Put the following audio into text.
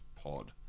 pod